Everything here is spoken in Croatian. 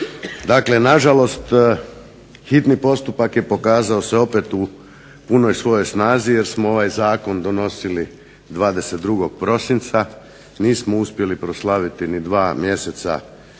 Dakle, nažalost hitni postupak je pokazao se opet u punoj svojoj snazi jer smo ovaj zakon donosili 22. prosinca. Nismo uspjeli proslaviti ni dva mjeseca